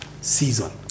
season